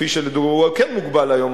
כפי שלדוגמה הוא הרי כן מוגבל היום,